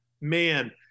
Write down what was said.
man